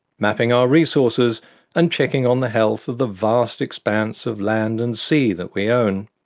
mapping our resources and checking on the health of the vast expanse of land and sea that we own.